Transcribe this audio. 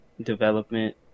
development